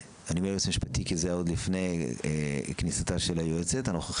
אני אומר היועץ המשפטי כי זה היה עוד לפני כניסתה של היועצת הנוכחים,